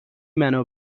منو